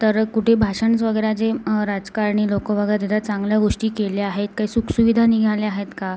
तर कुठे भाषण्स वगैरे जे राजकारणी लोकं वगैरे ज्या चांगल्या गोष्टी केल्या आहेत काही सुखसुविधा निघाल्या आहेत का